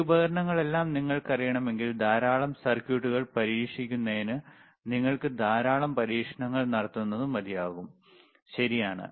ഈ ഉപകരണങ്ങളെല്ലാം നിങ്ങൾക്കറിയാമെങ്കിൽ ധാരാളം സർക്യൂട്ടുകൾ പരീക്ഷിക്കുന്നതിന് നിങ്ങൾക്ക് ധാരാളം പരീക്ഷണങ്ങൾ നടത്തുന്നത് മതിയാകും ശരിയാണ്